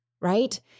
Right